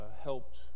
helped